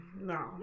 No